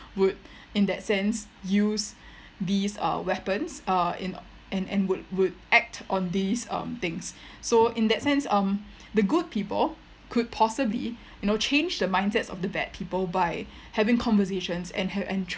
would in that sense use these uh weapons uh in and and would would act on these um things so in that sense um the good people could possibly you know change the mindsets of the bad people by having conversations and ha~ and